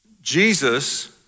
Jesus